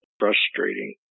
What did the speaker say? frustrating